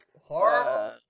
horrible